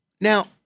Now